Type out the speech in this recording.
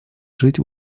жить